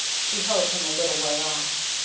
she held him a little way off.